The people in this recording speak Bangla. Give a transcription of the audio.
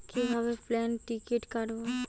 কিভাবে প্লেনের টিকিট কাটব?